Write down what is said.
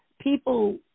people